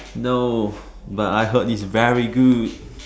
no but I heard it's very good